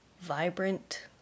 vibrant